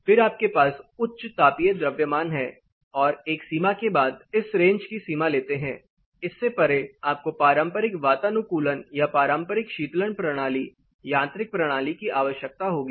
फिर आपके पास उच्च तापीय द्रव्यमान है और एक सीमा के बाद इस रेंज की सीमा लेते हैं इससे परे आपको पारंपरिक वातानुकूलन या पारंपरिक शीतलन प्रणाली यांत्रिक प्रणाली की आवश्यकता होगी